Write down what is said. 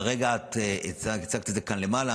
מה עם מה שיש צבוע --- כרגע הצגת את זה כאן למעלה.